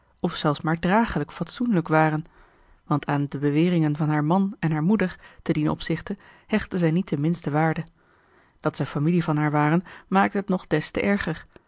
of zelfs maar dragelijk fatsoenlijk waren want aan de beweringen van haar man en haar moeder te dien opzichte hechtte zij niet de minste waarde dat zij familie van haar waren maakte het nog des te erger